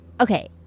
okay